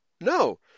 No